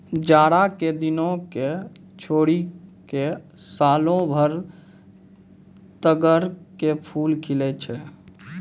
जाड़ा के दिनों क छोड़ी क सालों भर तग्गड़ के फूल खिलै छै